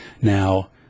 Now